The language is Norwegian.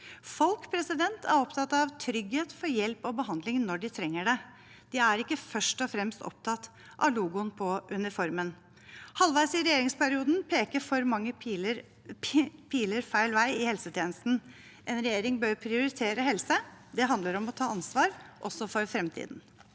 Folk er opptatt av trygghet for hjelp og behandling når de trenger det. De er ikke først og fremst opptatt av logoen på uniformen. Halvveis i regjeringsperioden peker for mange piler feil vei i helsetjenesten. En regjering bør prioritere helse. Det handler om å ta ansvar også for fremtiden.